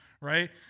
Right